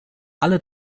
alle